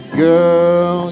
girl